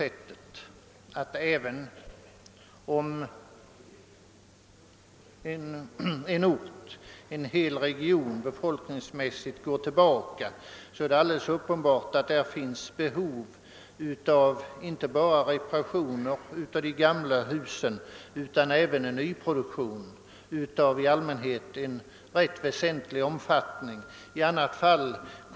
även om en hel region befolkningsmässigt går tillbaka, är det alldeles klart, att där finns behov av inte bara reparationer av de gamla husen utan även en nyproduktion av i allmänhet rätt väsentlig omfattning.